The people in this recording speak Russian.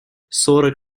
сорок